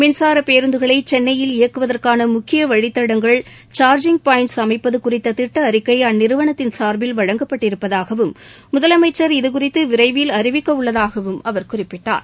மின்சார பேருந்துகளை சென்னையில் இயக்குவதற்கான முக்கிய வழித்தடங்கள் சார்ஜிங் பாயின்ட்ஸ் அமைப்பது குறித்த திட்ட அறிக்கை அந்நிறுவனத்தின் சார்பில் வழங்கப்பட்டிருப்பதாகவும் முதலமைச்சர் இதுகுறித்து விரைவில் அறிவிக்க உள்ளதாகவும் அவர் குறிப்பிட்டார்